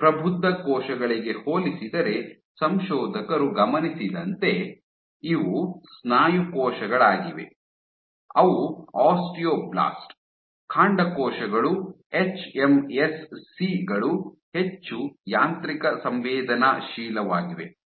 ಪ್ರಬುದ್ಧ ಕೋಶಗಳಿಗೆ ಹೋಲಿಸಿದರೆ ಸಂಶೋಧಕರು ಗಮನಿಸಿದಂತೆ ಇವು ಸ್ನಾಯು ಕೋಶಗಳಾಗಿವೆ ಅವು ಆಸ್ಟಿಯೋಬ್ಲಾಸ್ಟ್ ಕಾಂಡಕೋಶಗಳು ಎಚ್ಎಂಎಸ್ಸಿ ಗಳು ಹೆಚ್ಚು ಯಾಂತ್ರಿಕ ಸಂವೇದನಾಶೀಲವಾಗಿವೆ